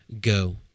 Go